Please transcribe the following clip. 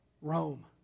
Rome